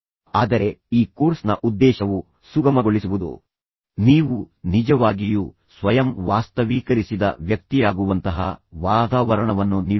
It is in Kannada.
ಆದರೆ ಈ ಕೋರ್ಸ್ನ ಉದ್ದೇಶವು ಸುಗಮಗೊಳಿಸುವುದು ನೀವು ನಿಜವಾಗಿಯೂ ಸ್ವಯಂ ವಾಸ್ತವೀಕರಿಸಿದ ವ್ಯಕ್ತಿಯಾಗುವಂತಹ ವಾತಾವರಣವನ್ನು ನಿಮಗೆ ನೀಡಲು